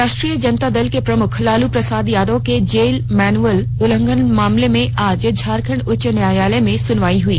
राष्ट्रीय जनता दल के प्रमुख लालू प्रसाद यादव के जेल मैनुअल उल्लंघन मामले में आज झारखंड उच्च न्यायालय में सुनवाई हई